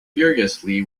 furiously